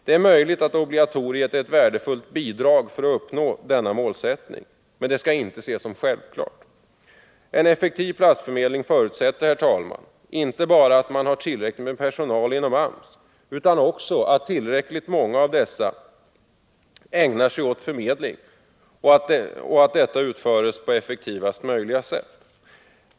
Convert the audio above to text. Det är möjligt att obligatoriet är ett värdefullt bidrag för att uppnå denna målsättning, men det skall inte ses som självklart. En effektiv platsförmedling förutsätter, herr talman, inte bara att man har tillräckligt med personal inom AMS utan också att tillräckligt många av de anställda ägnar sig åt förmedling och att detta utförs på effektivaste möjliga sätt.